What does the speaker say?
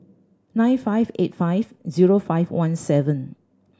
nine five eight five zero five one seven